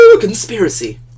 Conspiracy